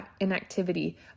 inactivity